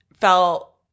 felt